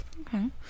Okay